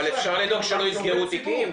אבל אפשר לדאוג שלא יסגרו תיקים.